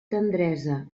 tendresa